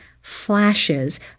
flashes